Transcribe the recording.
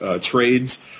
trades